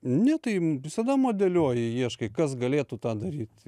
ne tai visada modeliuoji ieškai kas galėtų tą daryt